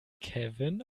kevin